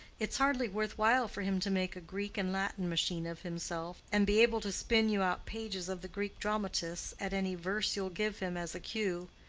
it's hardly worth while for him to make a greek and latin machine of himself and be able to spin you out pages of the greek dramatists at any verse you'll give him as a cue.